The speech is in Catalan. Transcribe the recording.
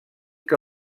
que